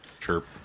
Chirp